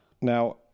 Now